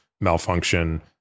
malfunction